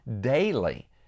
daily